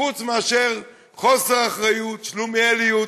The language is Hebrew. חוץ מאשר חוסר אחריות, שלומיאליות,